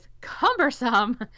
cumbersome